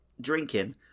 drinking